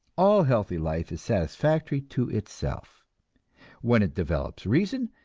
all healthy life is satisfactory to itself when it develops reason,